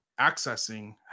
accessing